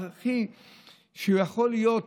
ושיכול להיות